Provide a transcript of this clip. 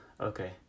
Okay